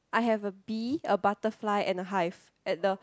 I have a bee a butterfly and hive at the